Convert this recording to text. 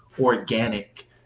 organic